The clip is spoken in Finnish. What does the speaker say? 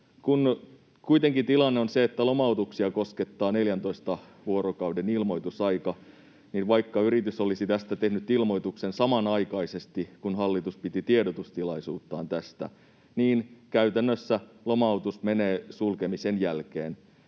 Kun kuitenkin tilanne on se, että lomautuksia koskettaa 14 vuorokauden ilmoitusaika, niin vaikka yritys olisi tästä tehnyt ilmoituksen samanaikaisesti, kun hallitus piti tiedotustilaisuuttaan tästä, niin käytännössä lomautus menee sulkemisen jälkeen,